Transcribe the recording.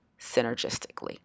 synergistically